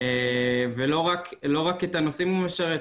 ולא רק את הנוסעים הוא משרת.